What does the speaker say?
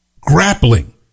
grappling